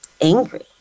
angry